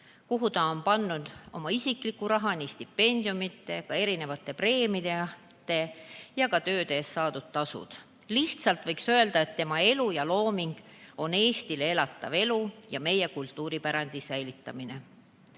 kuhu ta on pannud ka oma isiklikku raha – nii stipendiumid, erinevad preemiad ja ka tööde eest saadud tasud. Lühidalt võiks öelda, et tema elu ja looming on olnud Eestile elatav elu ja meie kultuuripärandi säilitamine.